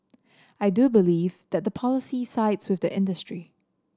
I do believe that the policy sides with the industry